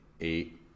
eight